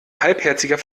halbherziger